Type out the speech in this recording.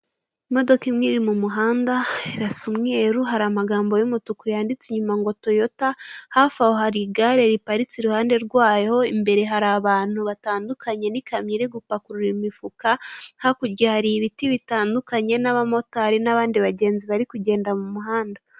Imodoka imwe iri mu muhanda irasa umweru hari amagambo y'umutuku yanditse inyuma ngo TOYOTA, hafi aho hari igare riparitse iruhande rwayo imbere hari abantu batandukanye n'ikamyo iri gupakurura imifuka, hakurya hari ibiti bitandukanye n'abamotari n'abandi bagenzi bari kugenda mu muhanda.